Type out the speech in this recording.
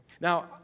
Now